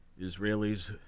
Israelis